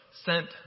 sent